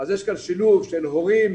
יש כאן שילוב של הורים,